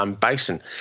Basin